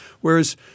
Whereas